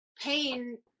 pain